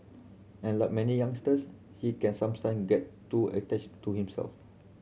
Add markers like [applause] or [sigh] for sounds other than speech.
and like many youngsters he can [unintelligible] get too attached to himself